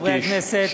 חברי הכנסת,